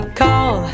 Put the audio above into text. call